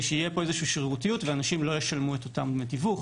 שתהיה פה איזושהי שרירותיות ואנשים לא ישלמו את אותם דמי תיווך,